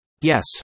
Yes